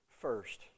first